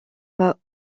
pas